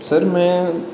sir में